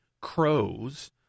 crows